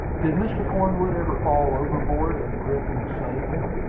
did mr. cornwood ever fall overboard, and griffin save him?